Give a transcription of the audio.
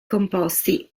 composti